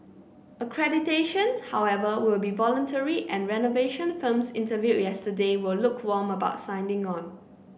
accreditation however will be voluntary and renovation firms interviewed yesterday were lukewarm about signing on